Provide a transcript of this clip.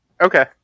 Okay